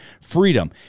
freedom